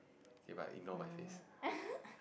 kay but ignore my face